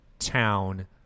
town